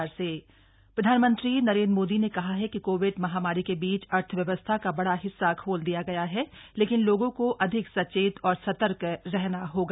प्रधानमंत्री मन की बात प्रधानमंत्री नरेन्द्र मोदी ने कहा है कि कोविड महामारी के बीच अर्थव्यवस्था का बड़ा हिस्सा खोल दिया गया है लेकिन लोगों को अधिक सचेत और सतर्क रहने होगा